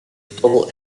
total